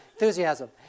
Enthusiasm